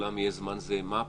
שלכולם יהיה זמן זהה, מה הפערים?